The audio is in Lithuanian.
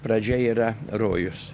pradžia yra rojus